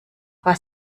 was